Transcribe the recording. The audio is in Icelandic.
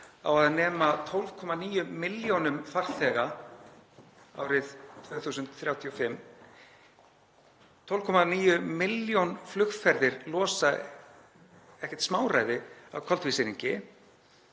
á að nema 12,9 milljónum farþega árið 2035. 12,9 milljónir flugferða losa ekkert smáræði af koltvísýringi.